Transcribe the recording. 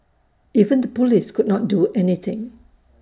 even the Police could not do anything